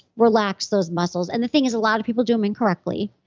relax those muscles. and the thing is a lot of people do them incorrectly.